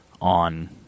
on